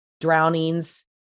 drownings